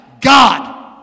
God